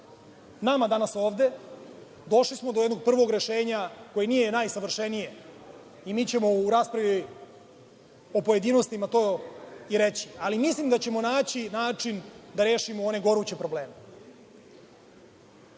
nama danas ovde došli smo do jednog rešenja koje nije najsavršenije i mi ćemo u raspravi u pojedinostima to i reći, ali mislim da ćemo naći način da rešimo one goruće probleme. Ono